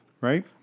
right